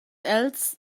els